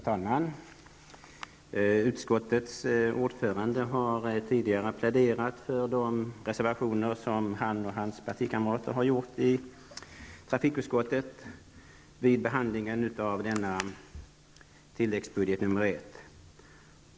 Herr talman! Utskottets ordförande har tidigare pläderat för de reservationer som han och hans partikamrater har gjort i trafikutskottet vid behandlingen av tilläggsbudget I.